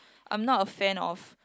I'm not a fan of